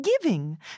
Giving